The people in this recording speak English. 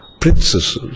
princesses